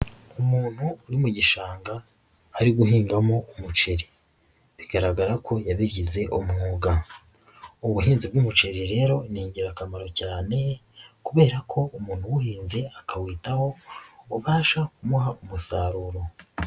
Umuntu uri mu gishanga ari guhingamo umuceri, bigaragara ko yabigize umwuga, ubuhinzi bw'umuceri rero ni ingirakamaro cyane kubera ko umuntu uwuhinze, akawitaho ububasha kumuha umusaruro.